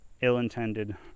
ill-intended